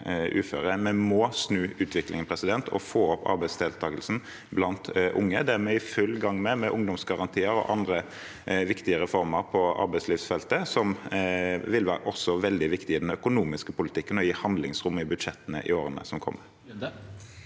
Vi må snu utviklingen og få opp arbeidsdeltakelsen blant unge. Det er vi i full gang med, med ungdomsgarantien og andre viktige reformer på arbeidslivsfeltet, som også vil være veldig viktige i den økonomiske politikken og i handlingsrommet i budsjettene i årene som kommer.